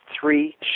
three